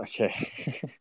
Okay